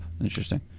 Interesting